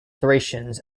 thracians